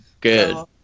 Good